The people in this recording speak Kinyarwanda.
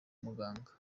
muganga